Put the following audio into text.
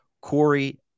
Corey